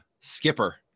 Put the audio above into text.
Skipper